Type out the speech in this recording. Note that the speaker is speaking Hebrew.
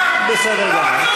בסדר גמור.